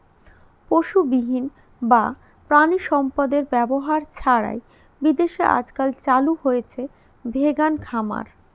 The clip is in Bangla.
পশুবিহীন বা প্রানীসম্পদ এর ব্যবহার ছাড়াই বিদেশে আজকাল চালু হয়েছে ভেগান খামার